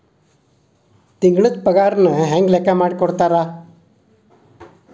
ತಿಂಗಳದ್ ಪಾಗಾರನ ಹೆಂಗ್ ಲೆಕ್ಕಾ ಮಾಡಿ ಕೊಡ್ತಾರಾ